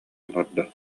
олордо